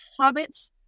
Hobbits